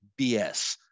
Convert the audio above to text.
BS